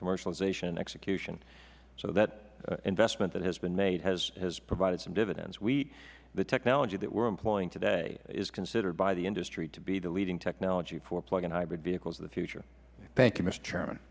commercialization and execution so that investment that has been made has provided some dividends the technology that we are employing today is considered by the industry to be the leading technology for plug in hybrid vehicles of the future